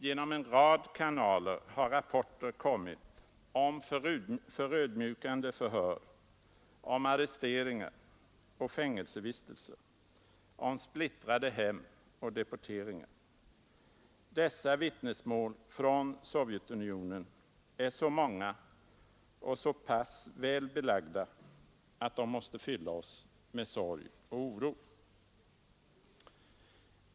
Genom en rad kanaler har rapporter kommit om förödmjukande förhör, om arresteringar och fängelsevistelser, om splittrade hem och deporteringar. Dessa vittnesmål från Sovjetunionen är så många och så pass väl belagda att de måste fylla oss med sorg och oro.